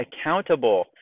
accountable